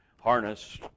harness